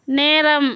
நேரம்